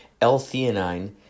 L-theanine